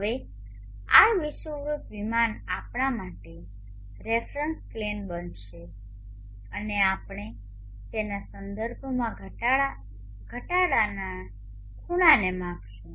હવે આ વિષુવવૃત્ત વિમાન આપણા માટે રેફરન્સ પ્લેન બનશે અને આપણે તેના સંદર્ભમાં ઘટાડાના ખૂણાને માપીશું